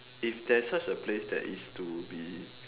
if there's such a place that is to be